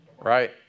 right